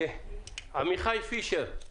עמיחי פישר,